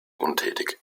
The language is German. untätig